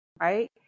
right